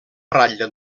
ratlla